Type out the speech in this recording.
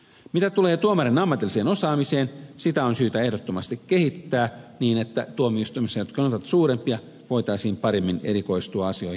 mitä tulee tuomareiden ammatilliseen osaamiseen sitä on syytä ehdottomasti kehittää niin että tuomioistuimissa jotka ovat suurempia voitaisiin paremmin erikoistua asioihin